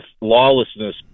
lawlessness